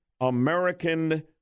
American